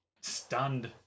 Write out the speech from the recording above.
stunned